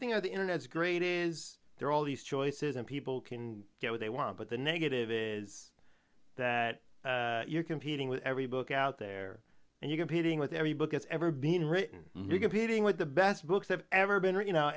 thing of the internet is great is there all these choices and people can get what they want but the negative is that you're competing with every book out there and you competing with every book has ever been written you're competing with the best books have ever been or you know